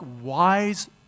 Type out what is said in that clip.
wise